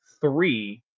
three